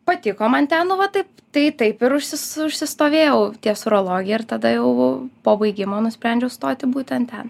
patiko man ten nu va taip tai taip ir užsis užsistovėjau ties urologija ir tada jau po baigimo nusprendžiau stoti būtent ten